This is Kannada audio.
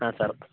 ಹಾಂ ಸರ್